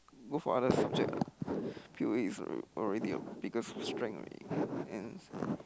go for other subject lah P_O_A is the already your biggest strength already and